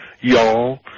y'all